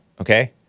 Okay